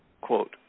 Quote